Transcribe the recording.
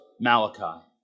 Malachi